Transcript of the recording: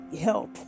Help